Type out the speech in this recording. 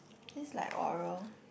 this is like oral